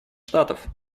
штатов